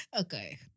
Okay